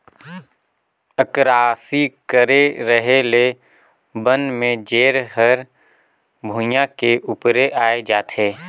अकरासी करे रहें ले बन में जेर हर भुइयां के उपरे आय जाथे